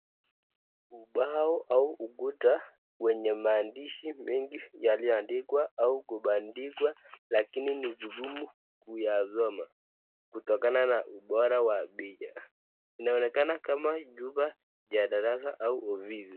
Ubao au ukuta wenye maandishi mengi yaliyoandikwa au kubandikwa lakini ni vigumu kuyasoma kutokana na ubora wa picha, inaonekana kama jumba ya darasa au ofisi.